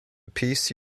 piece